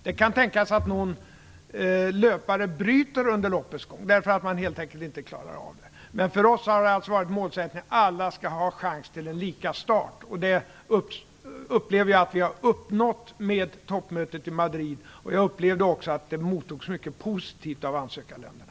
Det kan också tänkas att någon löpare bryter under loppets gång, därför att man helt enkelt inte klarar av det. För oss har alltså målsättningen varit att alla skall ha chans till lika start. Det upplever jag att vi har uppnått med toppmötet i Madrid. Jag upplevde också att det mottogs mycket positivt av ansökarländerna.